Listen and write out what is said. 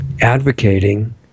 Advocating